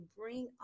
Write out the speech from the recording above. bring